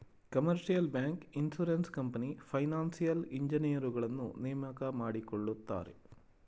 commercial bank, insurance company, financial ಇಂಜಿನಿಯರುಗಳನ್ನು ನೇಮಕ ಮಾಡಿಕೊಳ್ಳುತ್ತಾರೆ